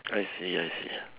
I see I see